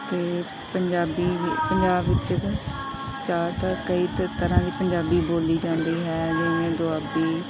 ਅਤੇ ਪੰਜਾਬੀ ਪੰਜਾਬ ਵਿੱਚ ਚਾਰ ਤਾਂ ਕਈ ਤੇ ਤਰ੍ਹਾਂ ਦੀ ਪੰਜਾਬੀ ਬੋਲੀ ਜਾਂਦੀ ਹੈ ਜਿਵੇਂ ਦੁਆਬੀ